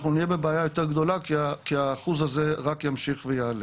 אנחנו נהיה בבעיה יותר גדולה כי האחוז הזה רק ימשיך ויעלה.